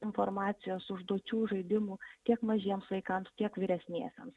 informacijos užduočių žaidimų tiek mažiems vaikams tiek vyresniesiems